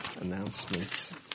announcements